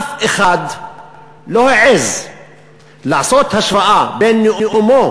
אף אחד לא העז לעשות השוואה בין נאומו